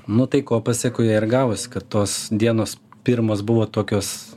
nu tai ko pasekoje ir gavos kad tos dienos pirmos buvo tokios